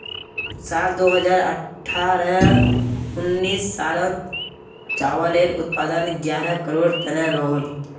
साल दो हज़ार अठारह उन्नीस सालोत चावालेर उत्पादन ग्यारह करोड़ तन रोहोल